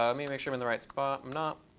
ah me make sure i'm in the right spot. i'm not.